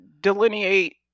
delineate